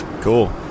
Cool